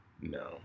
No